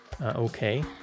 okay